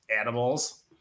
animals